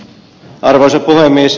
arvoisa puhemies